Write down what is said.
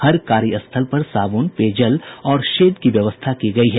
हर कार्य स्थल पर साबुन पेयजल और शेड की व्यवस्था की गयी है